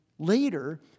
Later